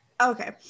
Okay